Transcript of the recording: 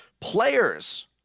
players